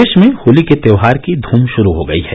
प्रदेश में होली के त्योहार की धूम शुरू हो गयी है